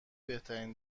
بهترین